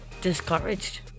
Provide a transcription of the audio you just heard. discouraged